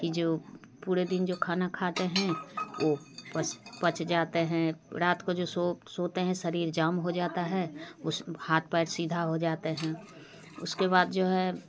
कि जो पूरे दिन जो खाना खाते हैं वो पस पच जाते हैं रात को जो सो सोते हैं शरीर जाम हो जाता है उस हाथ पैर सीधा हो जाते हैं उसके बाद जो है